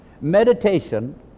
meditation